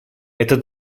это